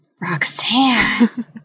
Roxanne